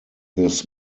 this